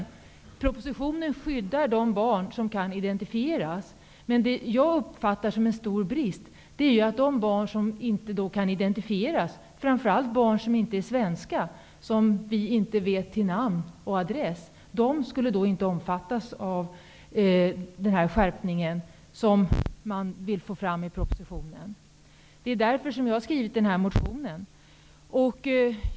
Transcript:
I propositionen skyddas de barn som kan identifieras, men det jag uppfattar som en stor brist är att de barn som inte kan identifieras, framför allt barn som inte är svenska, vars namn eller adress vi inte känner till, inte omfattas av den skärpning som man vill ta fram i propositionen. Det är därför som jag har skrivit motionen.